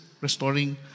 restoring